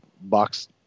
box